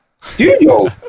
studio